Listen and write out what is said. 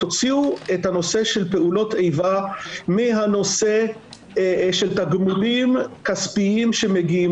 תוציאו את הנושא של פעולות איבה מהנושא של תגמולים כספיים שמגיעים.